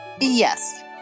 Yes